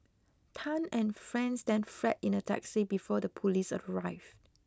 Tan and friends then fled in a taxi before the police arrived